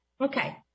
Okay